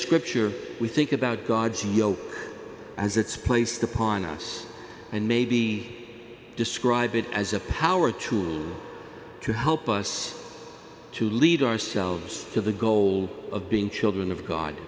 scripture we think about god's you know as its place the paan us and maybe describe it as a power tool to help us to lead ourselves to the goal of being children of god